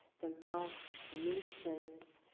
the mouth loosens,